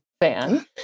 fan